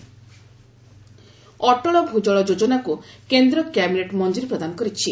cabinet Atal Bhu Jal ଯୋଜନାକୁ କେନ୍ଦ୍ର cabinet ମଞ୍ଜୁରୀ ପ୍ରଦାନ କରିଛି